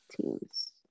teams